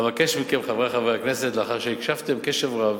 אבקש מכם, חברי חברי הכנסת, לאחר שהקשבתם קשב רב